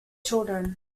children